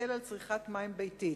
הנדון: היטל על צריכת מים ביתית.